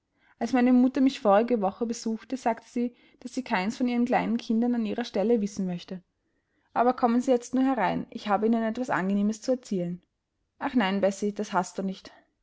als meine mutter mich vorige woche besuchte sagte sie daß sie keins von ihren kleinen kindern an ihrer stelle wissen möchte aber kommen sie jetzt nur herein ich habe ihnen etwas angenehmes zu erzählen ach nein bessie das hast du nicht